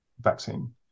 vaccine